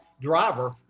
driver